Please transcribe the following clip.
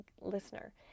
listener